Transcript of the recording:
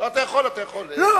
אתה יכול, אנחנו